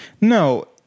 No